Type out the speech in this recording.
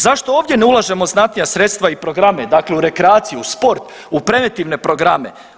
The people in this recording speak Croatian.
Zašto ovdje ne ulažemo znatnija sredstva i programe, dakle u rekreaciju, u sport, u preventivne programe.